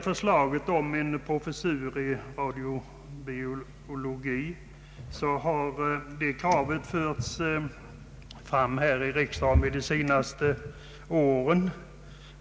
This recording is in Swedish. Förslaget om en professur i radiobiologi har förts fram här i riksdagen de senaste åren.